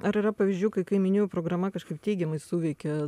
ar yra pavyzdžių kai kaimynijų programa kažkaip teigiamai suveikė